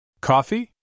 Coffee